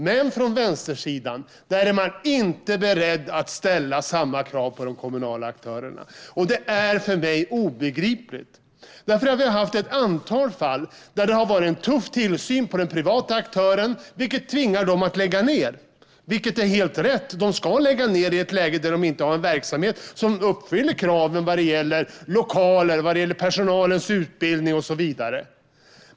Men från vänstersidan är man inte beredd att ställa samma krav på de kommunala aktörerna, och det är för mig obegripligt. Vi har haft ett antal fall där det har varit en tuff tillsyn av den privata aktören, vilket tvingat denne att lägga ned. Det är helt rätt; man ska lägga ned i ett läge där man inte har en verksamhet som uppfyller kraven vad gäller lokaler, personalens utbildning och så vidare.